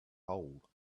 hole